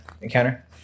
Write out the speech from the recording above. encounter